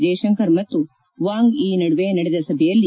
ಜೈಶಂಕರ್ ಮತ್ತು Wang Yi ನಡುವೆ ನಡೆದ ಸಭೆಯಲ್ಲಿ